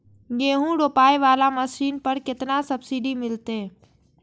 गेहूं रोपाई वाला मशीन पर केतना सब्सिडी मिलते?